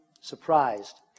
surprised